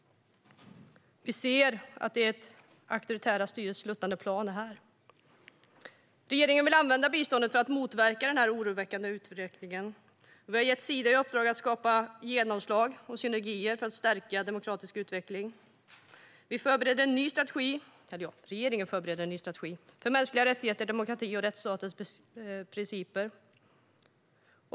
Vi ser att det är auktoritära styren och ett sluttande plan här. Regeringen vill använda biståndet för att motverka denna oroande utveckling. Vi har gett Sida i uppdrag att skapa genomslag och synergier för att stärka demokratisk utveckling. Regeringen förbereder en ny strategi för mänskliga rättigheter, demokrati och rättsstatens principer.